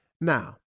Now